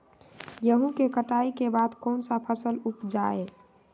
गेंहू के कटाई के बाद कौन सा फसल उप जाए?